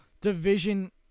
Division